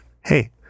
Hey